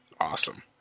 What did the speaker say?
Awesome